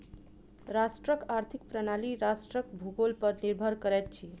राष्ट्रक आर्थिक प्रणाली राष्ट्रक भूगोल पर निर्भर करैत अछि